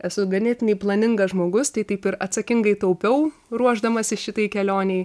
esu ganėtinai planingas žmogus tai taip ir atsakingai taupiau ruošdamasi šitai kelionei